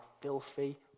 filthy